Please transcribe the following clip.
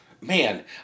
man